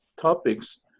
topics